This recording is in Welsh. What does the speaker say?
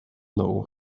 nhw